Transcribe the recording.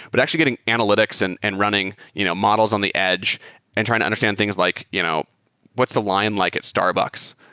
but actually getting analytics and and running you know models on the edge and trying to understand things like you know what's the line like at starbucks,